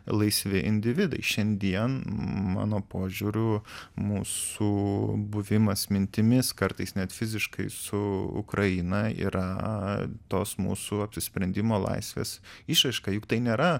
laisvi individai šiandien mano požiūriu mūsų buvimas mintimis kartais net fiziškai su ukraina yra tos mūsų apsisprendimo laisvės išraiška juk tai nėra